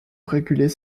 réguler